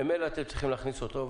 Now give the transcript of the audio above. ממילא אתם צריכים להכניס אותו,